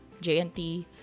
JNT